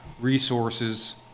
resources